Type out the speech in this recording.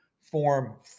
form